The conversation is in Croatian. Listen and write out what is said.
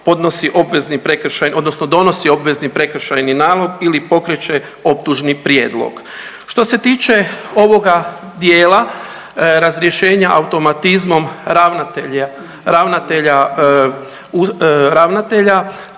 donosi obvezni prekršajni nalog ili pokreće optužni prijedlog. Što se tiče ovoga dijela razrješenja automatizmom ravnatelja